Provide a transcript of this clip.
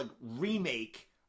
remake